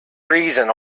reason